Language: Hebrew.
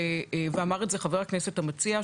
ואמר את זה חבר הכנסת המציע,